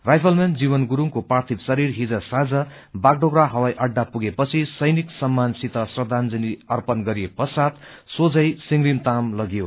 rifleman Jivan गुरूङको पार्थिव यशरीर हिज सांझ बागडोगरा इवाई अड्डा पुगेपछि सैनिक सममानसित श्रदाजंली अर्पण गरिए पश्चात सोझैअसिंग्रीताम लगियो